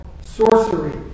sorcery